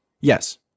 yes